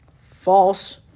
false